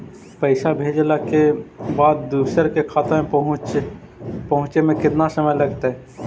पैसा भेजला के बाद दुसर के खाता में पहुँचे में केतना समय लगतइ?